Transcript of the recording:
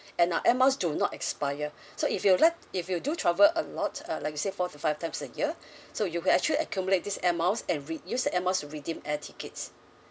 and our Air Miles do not expire so if you'd like if you do travel a lot uh like you said four to five times a year so you can actually accumulate these Air Miles and re~ use the Air Miles to redeem air tickets